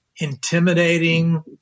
intimidating